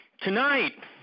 Tonight